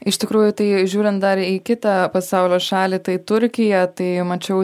iš tikrųjų tai žiūrint dar į kitą pasaulio šalį tai turkija tai mačiau